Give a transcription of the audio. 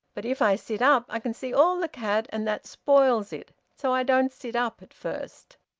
but if i sit up i can see all the cat, and that spoils it, so i don't sit up at first.